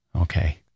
Okay